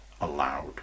allowed